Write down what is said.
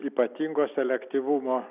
ypatingos selektyvumo